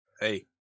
Hey